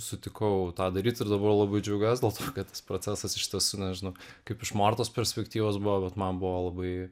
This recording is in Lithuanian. sutikau tą daryt ir dabar labai džiaugiuosi dėl to kad procesas iš tiesų nežinau kaip iš mortos perspektyvos buvo bet man buvo labai